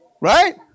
right